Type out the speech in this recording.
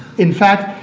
in fact,